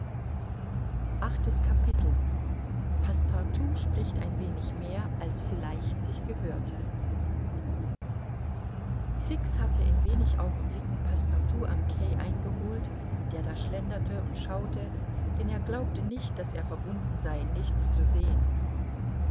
passepartout spricht ein wenig mehr als vielleicht sich gehörte fix hatte in wenig augenblicken passepartout am quai eingeholt der da schlenderte und schaute denn er glaubte nicht daß er verbunden sei nichts zu sehen